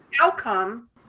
outcome